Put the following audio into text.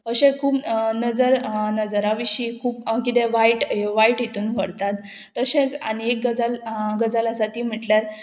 अशें खूब नजर नजरा विशीं खूब कितें वायट वायट हितून व्हरतात तशेंच आनी एक गजाल गजाल आसा ती म्हटल्यार